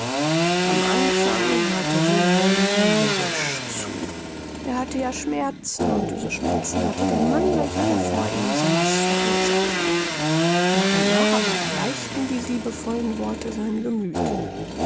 im anfang hörte wilhelm nur mürrisch zu er hatte ja schmerzen und diese schmerzen hatte der mann welcher da vor ihm saß verursacht nach und nach aber erweichten die liebevollen worte sein gemüth